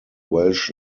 welsh